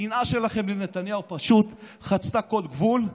השנאה שלכם לנתניהו פשוט חצתה כל גבול,